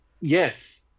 yes